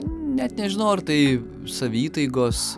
net nežinau ar tai saviįtaigos